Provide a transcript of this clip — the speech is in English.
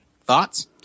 Thoughts